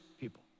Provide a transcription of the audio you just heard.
people